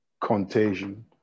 contagion